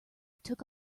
took